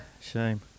shame